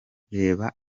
reba